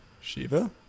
Shiva